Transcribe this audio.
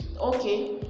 Okay